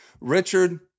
Richard